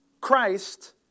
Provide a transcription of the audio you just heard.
Christ